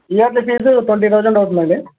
yearly fee twenty thousand అవుతుందండి